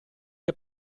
che